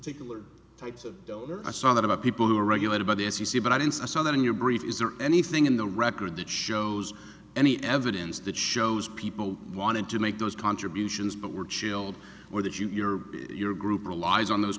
particular types of donors i saw that about people who are regulated by the f c c but i didn't say i saw that in your brief is there anything in the record that shows any evidence that shows people wanted to make those contributions but were chilled or that you or your group relies on those